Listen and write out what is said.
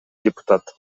депутат